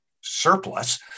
surplus